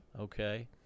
Okay